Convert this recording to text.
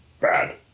bad